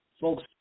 Folks